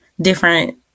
Different